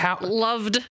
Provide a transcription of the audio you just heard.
Loved